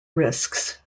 risks